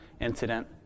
incident